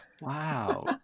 Wow